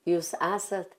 jūs esat